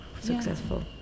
successful